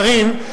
קארין,